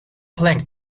playing